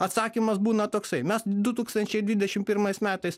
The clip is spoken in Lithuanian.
atsakymas būna toksai mes du tūkstančiai dvidešim pirmais metais